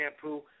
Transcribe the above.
shampoo